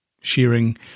Shearing